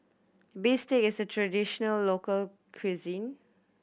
bistake is a traditional local cuisine